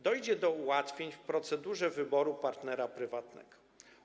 Dojdzie do ułatwień w procedurze wyboru partnera prywatnego.